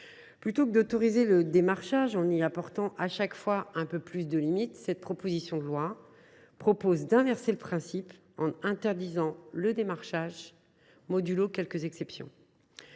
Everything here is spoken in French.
Plutôt que d’autoriser le démarchage en y apportant, à chaque fois, un peu plus de limites, ce texte propose d’inverser le principe en interdisant le démarchage, quelques exceptions.